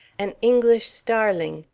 an english starling,